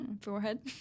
Forehead